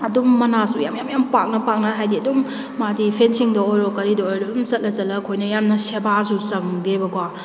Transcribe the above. ꯑꯗꯨꯝ ꯃꯅꯥꯁꯨ ꯌꯥꯝ ꯌꯥꯝ ꯌꯥꯝ ꯄꯥꯛꯅ ꯄꯥꯛꯅ ꯍꯥꯏꯗꯤ ꯑꯗꯨꯝ ꯃꯥꯗꯤ ꯐꯦꯟꯁꯤꯡꯗ ꯑꯣꯏꯔꯣ ꯀꯔꯤꯗ ꯑꯣꯏꯔꯣ ꯑꯗꯨꯝ ꯆꯠꯂ ꯆꯠꯂꯒ ꯑꯩꯈꯣꯏꯅ ꯌꯥꯝꯅ ꯁꯦꯕꯥꯁꯨ ꯆꯪꯗꯦꯕꯀꯣ